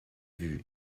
vues